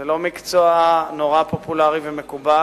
זה לא מקצוע נורא פופולרי ומקובל.